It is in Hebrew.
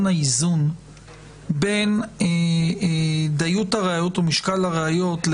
האיזון בין דיות הראיות או משקל הראיות,